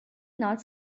not